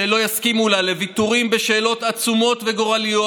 שיסכימו "לוויתורים בשאלות עצומות וגורליות